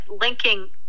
linking